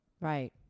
Right